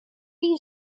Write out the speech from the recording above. you